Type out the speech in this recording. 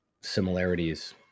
similarities